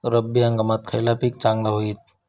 रब्बी हंगामाक खयला पीक चांगला होईत?